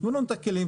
תנו לנו את הכלים,